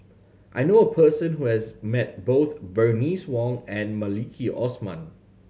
I knew a person who has met both Bernice Wong and Maliki Osman